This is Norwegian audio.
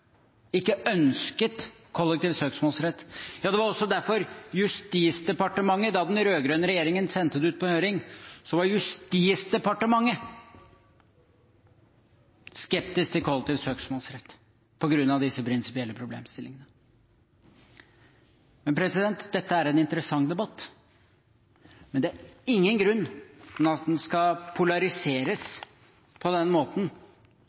ikke ønsket kollektiv søksmålsrett. Det var også derfor Justisdepartementet, da den rød-grønne regjeringen sendte det ut på høring, var skeptisk til kollektiv søksmålsrett på grunn av disse prinsipielle problemstillingene. Dette er en interessant debatt, men det er ingen grunn til at den skal polariseres på den måten,